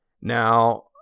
Now